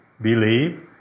believe